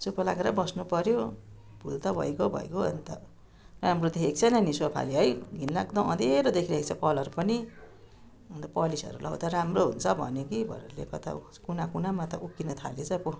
चुपो लागेरै बस्नुपऱ्यो भुल त भइगयो भइगयो अन्त राम्रो देखेको छैन नि सोफाले है घिनलाग्दो अँध्यारो देखि रहेको छ कलर पनि अन्त पलिसहरू लाउँदा राम्रो हुन्छ भन्यो नि भरे ल्याएको त ऊ कुना कुनामा त उक्किनु थालेछ पो